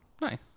Nice